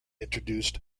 introduced